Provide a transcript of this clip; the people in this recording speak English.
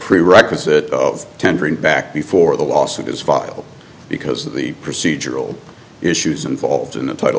prerequisite of tendering back before the lawsuit is filed because of the procedural issues involved in the title